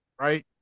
right